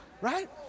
right